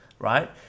Right